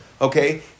okay